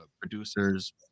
producers